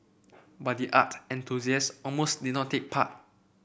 but the art enthusiast almost did not take part